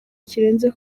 kirenze